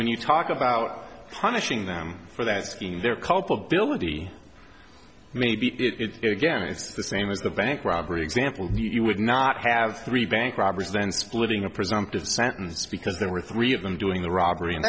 when you talk about punishing them for that scheme their culpability may be it again it's the same as the bank robbery example you would not have three bank robbers then splitting a presumptive sentence because there were three of them doing the robbery and